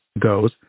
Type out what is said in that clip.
goes